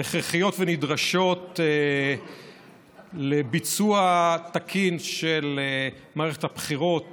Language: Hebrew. הכרחיות ונדרשות לביצוע תקין של מערכת הבחירות